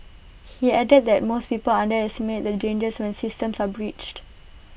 he added that most people underestimate the dangers when systems are breached